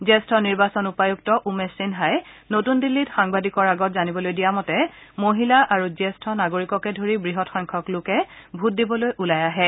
জ্যেষ্ঠ নিৰ্বাচন উপায়ুক্ত উমেশ সিনহাই নতুন দিল্লীত সাংবাদিকৰ আগত জানিবলৈ দিয়া মতে মহিলা আৰু জ্যেষ্ঠ নাগৰিককে ধৰি বৃহৎ সংখ্যক লোকে ভোট দিবলৈ ওলাই আহে